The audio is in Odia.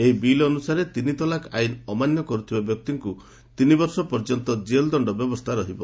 ଏହି ବିଲ୍ ଅନୁସାରେ ତିନି ତଲାକ୍ ଆଇନ୍ ଅମାନ୍ୟ କରୁଥିବା ବ୍ୟକ୍ତିକୁ ତିନିବର୍ଷ ପର୍ଯ୍ୟନ୍ତ ଜେଲଦଣ୍ଡ ବ୍ୟବସ୍ଥା ରହିବ